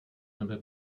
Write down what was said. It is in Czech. nebe